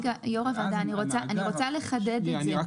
רגע, יושב-ראש הוועדה, אני רוצה לחדד את זה.